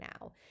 now